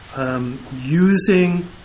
using